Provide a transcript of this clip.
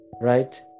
Right